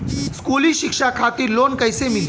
स्कूली शिक्षा खातिर लोन कैसे मिली?